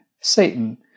Satan